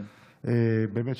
באמת,